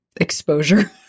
exposure